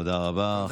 תודה רבה.